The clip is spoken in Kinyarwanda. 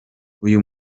uyu